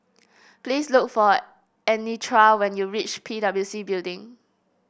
please look for Anitra when you reach P W C Building